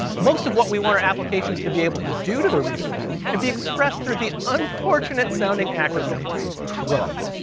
most of what we want our applications to be able to do to their resources can be expressed through the unfortunate sounding acronym crud,